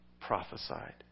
prophesied